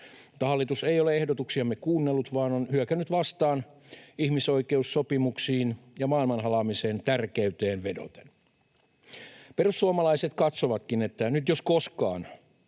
Mutta hallitus ei ole ehdotuksiamme kuunnellut, vaan on hyökännyt vastaan ihmisoikeussopimuksiin ja maailmanhalaamisen tärkeyteen vedoten. Perussuomalaiset katsovatkin, että nyt jos koskaan